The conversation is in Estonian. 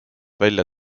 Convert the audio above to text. välja